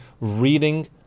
reading